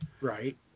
Right